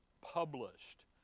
published